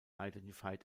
identified